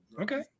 Okay